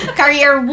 career